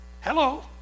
Hello